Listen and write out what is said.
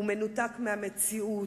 הוא מנותק מהמציאות.